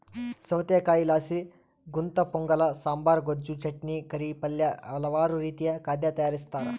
ಸೌತೆಕಾಯಿಲಾಸಿ ಗುಂತಪೊಂಗಲ ಸಾಂಬಾರ್, ಗೊಜ್ಜು, ಚಟ್ನಿ, ಕರಿ, ಪಲ್ಯ ಹಲವಾರು ರೀತಿಯ ಖಾದ್ಯ ತಯಾರಿಸ್ತಾರ